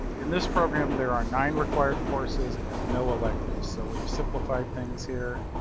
in this program, there are nine required courses and no electives. so we've simplified things here.